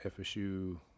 FSU